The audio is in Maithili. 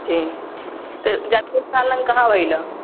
हूँ तेसरे साल कहाँ रहि गेलऽ